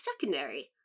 secondary